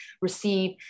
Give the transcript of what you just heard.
receive